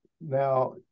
now